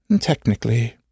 Technically